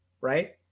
Right